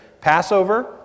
Passover